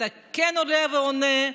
אתה כן עולה ועונה.